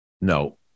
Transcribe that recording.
No